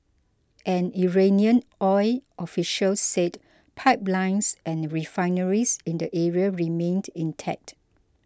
an Iranian oil official said pipelines and refineries in the area remained intact